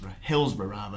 Hillsborough